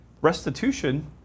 restitution